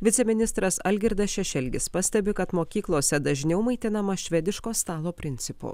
viceministras algirdas šešelgis pastebi kad mokyklose dažniau maitinama švediško stalo principu